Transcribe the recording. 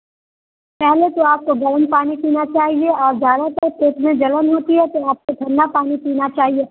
पहले तो आपको गर्म पानी पीना चाहिए और ज़्यादातर पेट में जलन होती है तो आपको ठंडा पानी पीना चाहिए